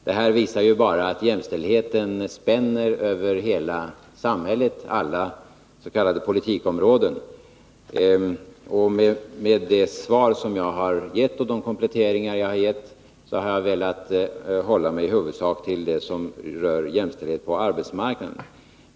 Detta visar bara att jämställdheten spänner över hela samhället, alla s.k. politikområden. Med det svar jag har gett och de kompletteringar jag har gjort har jag velat hålla mig i huvudsak till det som rör jämställdhet på arbetsmarknaden.